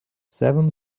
seven